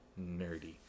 nerdy